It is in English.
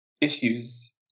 issues